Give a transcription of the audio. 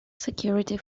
security